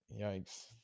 yikes